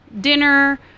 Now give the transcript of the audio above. dinner